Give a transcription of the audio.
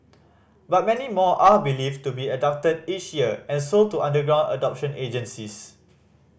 but many more are believed to be abducted each year and sold to underground adoption agencies